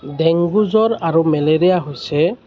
dengue জ্বৰ আৰু malaria হৈছে